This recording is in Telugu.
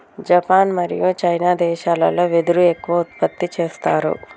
జపాన్ మరియు చైనా దేశాలల్లో వెదురు ఎక్కువ ఉత్పత్తి చేస్తారు